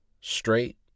straight